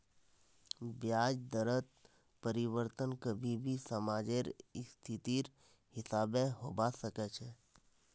ब्याज दरत परिवर्तन कभी भी समाजेर स्थितिर हिसाब से होबा सके छे